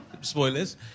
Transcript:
Spoilers